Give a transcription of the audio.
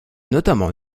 notamment